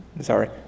sorry